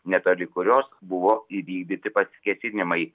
netoli kurios buvo įvykdyti pasikėsinimai